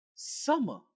Summer